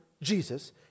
Jesus